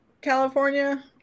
California